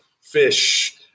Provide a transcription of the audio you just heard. fish